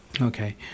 Okay